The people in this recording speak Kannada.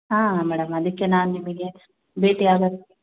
ಹಾಂ ಮೇಡಮ್ ಅದಕ್ಕೆ ನಾನು ನಿಮಗೆ ಭೇಟಿ ಆಗಕ್ಕೆ